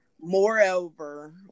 Moreover